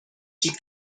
keep